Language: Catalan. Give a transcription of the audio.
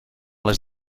les